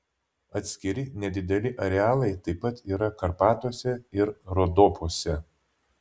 atskiri nedideli arealai taip pat yra karpatuose ir rodopuose